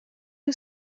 you